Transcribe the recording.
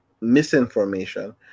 misinformation